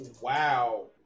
Wow